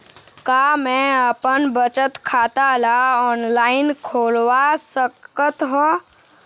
का मैं अपन बचत खाता ला ऑनलाइन खोलवा सकत ह?